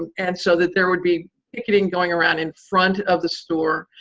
and so that there would be picketing going around in front of the store,